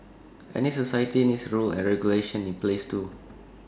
any society needs rules and regulations in place too